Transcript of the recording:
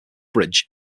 bridge